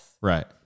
Right